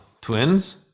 twins